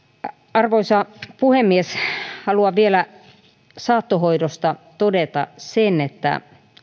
arvoisa puhemies haluan vielä saattohoidosta todeta sen että